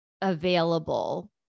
available